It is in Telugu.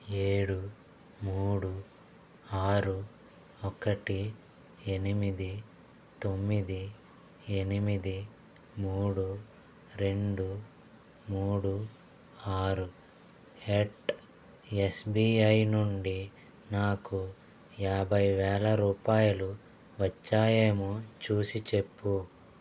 ఏడు మూడు ఆరు ఒకటి ఎనిమిది తొమ్మిది ఎనిమిది మూడు రెండు మూడు ఆరు ఎట్ ఎస్బీఐ నుండి నాకు యాభై వేల రూపాయలు వచ్చాయేమో చూసి చెప్పు